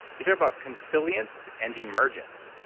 these are about consilience and emergence.